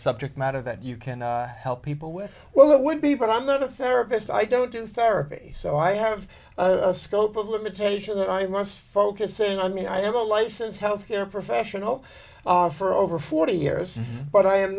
subject matter that you can help people with well that would be but i'm not a therapist i don't do therapy so i have a scope of limitation that i must focusing on me i have a license health care professional for over forty years but i am